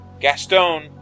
Gaston